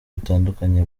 bitandukanye